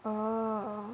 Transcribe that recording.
oh